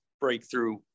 breakthrough